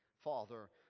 father